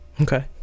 Okay